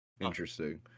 interesting